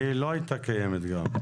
שהיא לא היתה קיימת.